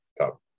top